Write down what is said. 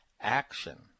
action